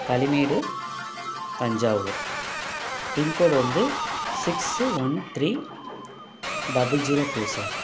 Kalimedu Thanjavur pincode வந்து six one three double zero two sir